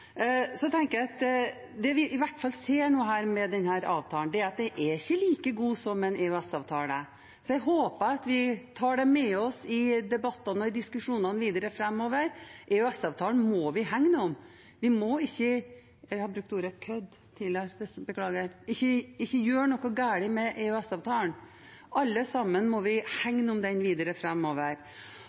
tenker at det vi i hvert fall nå ser med denne avtalen, er at den ikke er like god som en EØS-avtale. Jeg håper at vi tar det med oss i debattene og diskusjonene videre framover. EØS-avtalen må vi hegne om. Vi må ikke – jeg har brukt ordet «kødde» tidligere, beklager – gjøre noe galt med EØS-avtalen. Alle sammen må vi hegne om den videre